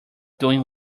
doing